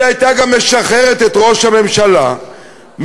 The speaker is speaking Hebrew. היא הייתה גם משחררת את ראש הממשלה מהחיבוק